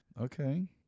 Okay